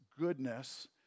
goodness